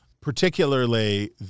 particularly